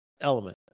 element